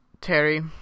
Terry